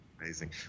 Amazing